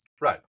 Right